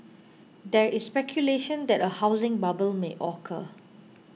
there is speculation that a housing bubble may occur